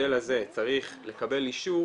המודל הזה צריך לקבל אישור